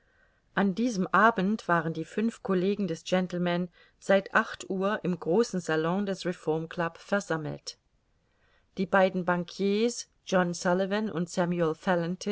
an diesem abend waren die fünf collegen des gentleman seit acht uhr im großen salon des reformclub versammelt die beiden bankiers john sullivan und